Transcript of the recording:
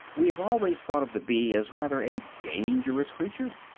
we have always thought of the bee as rather a dangerous creature.